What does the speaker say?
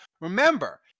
Remember